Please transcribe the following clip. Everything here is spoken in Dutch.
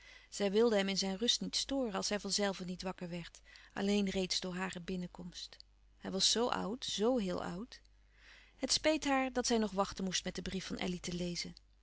zij wilde hem in zijn rust niet storen als hij van zelve niet wakker werd alleen reeds door hare binnenkomst hij was zoo oud zoo heel oud het speet haar dat zij nog wachten moest met den brief van elly te lezen